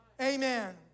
Amen